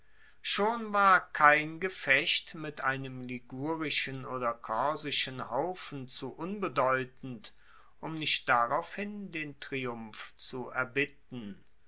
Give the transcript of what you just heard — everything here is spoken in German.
schon war kein gefecht mit einem ligurischen oder korsischen haufen zu unbedeutend um nicht daraufhin den triumph zu erbitten